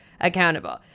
accountable